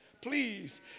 Please